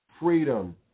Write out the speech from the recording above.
Freedom